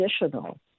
additional